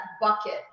bucket